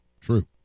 True